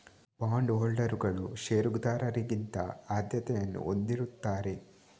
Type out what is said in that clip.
bond ಹೋಲ್ಡರುಗಳು ಷೇರುದಾರರಿಗಿಂತ ಆದ್ಯತೆಯನ್ನು ಹೊಂದಿರುತ್ತಾರೆ